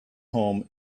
home